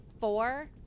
four